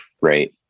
Right